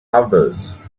others